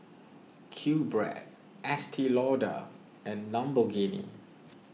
Qbread Estee Lauder and Lamborghini